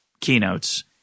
keynotes